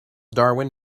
darwin